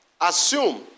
assume